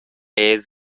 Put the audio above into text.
era